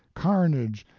carnage,